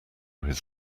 his